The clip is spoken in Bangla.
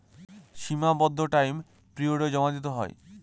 সীমাবদ্ধ টাইম পিরিয়ডে জমা দিতে হয়